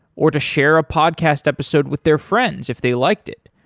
or to share a podcast episode with their friends if they liked it?